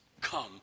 come